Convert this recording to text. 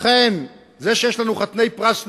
ולכן, זה שיש לנו חתני פרס נובל,